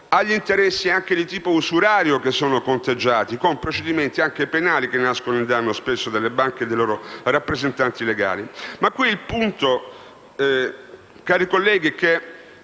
agli interessi anche di tipo usurario che sono conteggiati, con procedimenti anche penali che spesso nascono in danno delle banche e dei loro rappresentanti legali. Qui il punto, cari colleghi, è che,